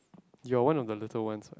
youare one of the little ones [what]